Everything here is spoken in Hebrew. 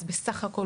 אז בסך הכל,